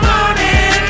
Morning